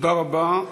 תודה רבה.